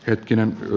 hetkinen klo